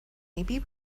maybe